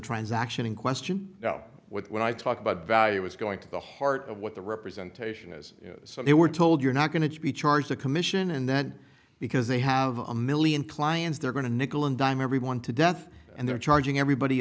transaction in question you know what when i talk about value is going to the heart of what the representation is so they were told you're not going to be charged a commission and then because they have a million clients they're going to nickel and dime everyone to death and they're charging everybody